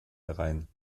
herein